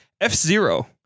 F-Zero